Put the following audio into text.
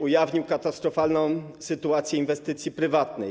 Ujawnił on katastrofalną sytuację inwestycji prywatnych.